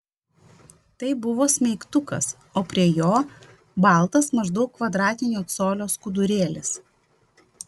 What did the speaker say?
tai buvo smeigtukas o prie jo baltas maždaug kvadratinio colio skudurėlis